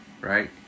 right